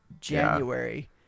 January